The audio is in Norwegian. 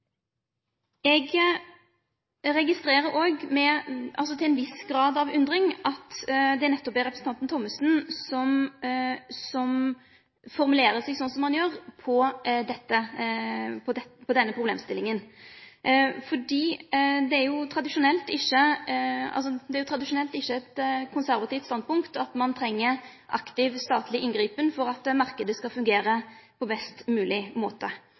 Eg registrerer òg til ein viss grad av undring at det nettopp er representanten Thommessen som formulerer seg sånn som han gjer når det gjeld denne problemstillinga. Det er jo tradisjonelt ikkje eit konservativt standpunkt at ein treng eit aktivt statleg inngrep for at marknaden skal fungere på best mogleg måte.